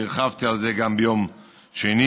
הרחבתי על זה גם ביום שני.